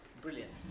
brilliant